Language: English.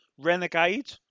Renegade